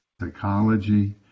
psychology